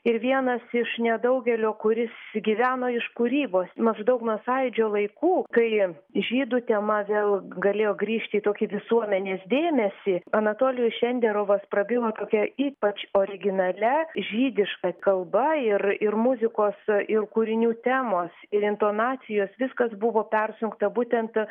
ir vienas iš nedaugelio kuris gyvena iš kūrybos maždaug nuo sąjūdžio laikų kai žydų tema vėl galėjo grįžti į tokį visuomenės dėmesį anatolijus šenderovas prabilo tokia ypač originalia žydiška kalba ir ir muzikos ir kūrinių temos ir intonacijos viskas buvo persunkta būtent ta